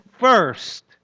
First